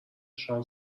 شام